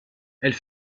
elle